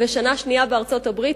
ושנה שנייה בארצות-הברית,